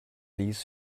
ließ